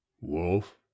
Wolf